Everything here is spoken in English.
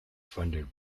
funded